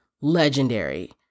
legendary